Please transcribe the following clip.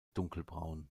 dunkelbraun